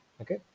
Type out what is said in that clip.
okay